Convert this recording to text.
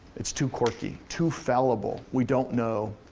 it's too quirky, too fallible. we don't know.